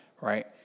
right